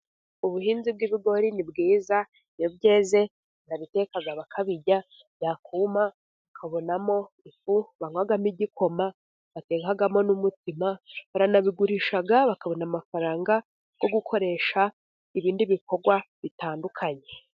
Ubuhinzi bw'ibigori ni bwiza iyo byeze barabiteka bakabirya, byakuma ukabonamo ifu banywamo igikoma batekaamo n'umutsima. Baranabigurisha bakabona amafaranga yo gukoresha ibindi bikorwa bitandukanye.